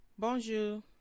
Bonjour